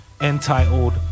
entitled